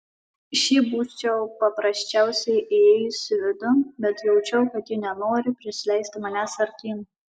šiaip būčiau paprasčiausiai įėjusi vidun bet jaučiau kad ji nenori prisileisti manęs artyn